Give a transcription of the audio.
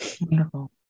Wonderful